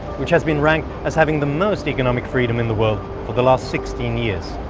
which has been ranked as having the most economic freedom in the world for the last sixteen years.